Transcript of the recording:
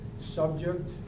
Subject